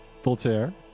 Voltaire